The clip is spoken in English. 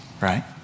right